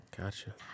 Gotcha